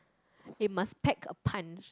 it must packed a punch